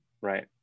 right